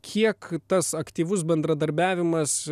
kiek tas aktyvus bendradarbiavimas